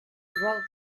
wrote